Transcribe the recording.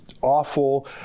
awful